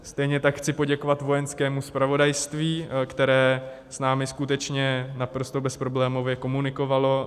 Stejně tak chci poděkovat Vojenskému zpravodajství, které s námi skutečně naprosto bezproblémově komunikovalo.